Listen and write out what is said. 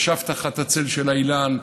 ישב תחת הצל של האילן,